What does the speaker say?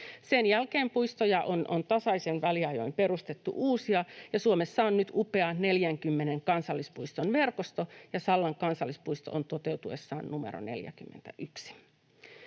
Sen jälkeen puistoja on tasaisin väliajoin perustettu uusia, ja Suomessa on nyt upea 40 kansallispuiston verkosto, ja Sallan kansallispuisto on toteutuessaan numero 41.